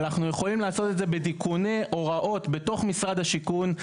אנחנו יכולים לעשות את זה בתיקוני הוראות בתוך משרד השיכון.